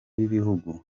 b’ibihugu